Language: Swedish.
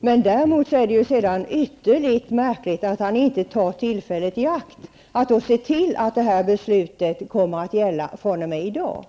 Däremot är det ytterst märkligt att han inte tar tillfället i akt att se till att beslutet kommer att gälla fr.o.m. i dag.